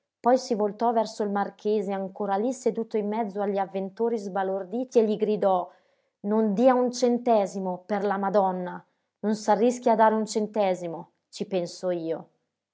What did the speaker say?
poi si voltò verso il marchese ancora lì seduto in mezzo agli avventori sbalorditi e gli gridò non dia un centesimo per la madonna non s'arrischi a dare un centesimo ci penso io